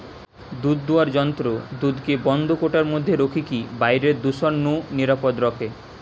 দুধদুয়ার যন্ত্র দুধকে বন্ধ কৌটার মধ্যে রখিকি বাইরের দূষণ নু নিরাপদ রখে